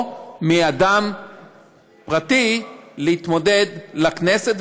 או מאדם פרטי להתמודד לכנסת,